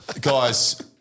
guys